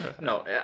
No